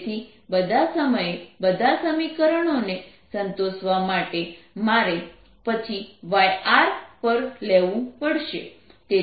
તેથી બધા સમયે બધા સમીકરણો ને સંતોષવા માટે મારે પછી yR પરાવર્તિત y પણ લેવું પડશે